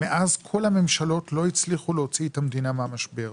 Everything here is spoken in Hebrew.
מאז כל הממשלות לא הצליחו להוציא את המדינה מהמשבר.